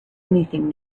anything